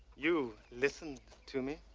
you listened to me.